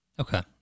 Okay